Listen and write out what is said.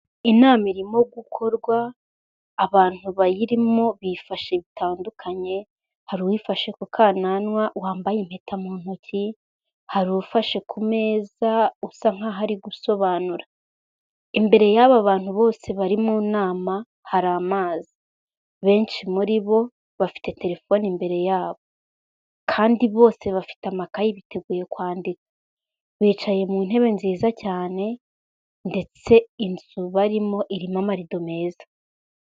Inama irimo gukorwa, abantu bayirimo bifashe bitandukanye, hari uwifashe ku kananwa wambaye impeta mu ntoki, hari ufashe ku meza usa nkaho ari gusobanura, imbere y'aba bantu bose bari mu nama hari amazi, benshi muri bo bafite telefoni imbere yabo kandi bose bafite amakayi biteguye kwandika, bicaye mu ntebe nziza cyane ndetse inzu barimo irimo amarido meza.